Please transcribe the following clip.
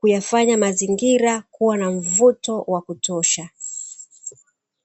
kuyafanya mazingira kua na mvuto wa kutosha.